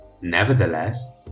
Nevertheless